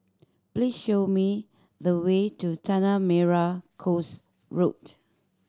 please show me the way to Tanah Merah Coast Road